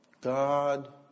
God